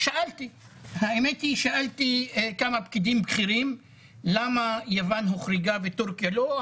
האמת היא ששאלתי כמה פקיד בכיר למה יוון הוחרגה ולמה טורקיה לא,